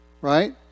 Right